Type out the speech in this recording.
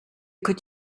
could